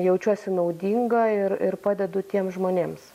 jaučiuosi naudinga ir ir padedu tiems žmonėms